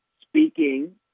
speaking